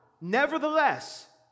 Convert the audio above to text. Nevertheless